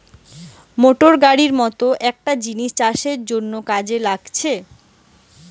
motor গাড়ির মত গটে জিনিস চাষের জন্যে কাজে লাগতিছে